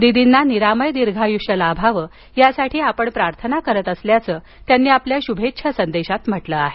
दीदींना निरामय दीर्घाय्ष्य लाभावं यासाठी आपण प्रार्थना करीत असल्याचं त्यांनी आपल्या शभेच्छा संदेशात म्हटलं आहे